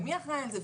מי אחראי על זה,